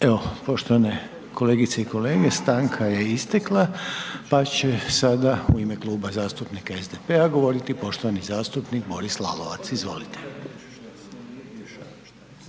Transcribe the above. Evo poštovane kolegice i kolege stanka je istekla, pa će sada u ime Kluba zastupnika SDP-a govoriti poštovani zastupnik Boris Lalovac, izvolite.